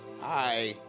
hi